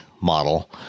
model